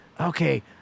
okay